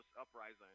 uprising